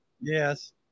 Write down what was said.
Yes